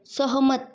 सहमत